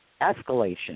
escalation